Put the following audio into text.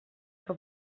que